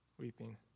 weeping